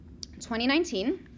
2019